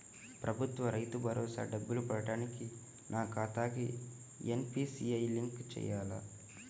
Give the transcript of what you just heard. ప్రభుత్వ రైతు భరోసా డబ్బులు పడటానికి నా ఖాతాకి ఎన్.పీ.సి.ఐ లింక్ చేయాలా?